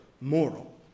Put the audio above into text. moral